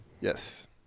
Yes